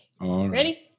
Ready